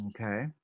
Okay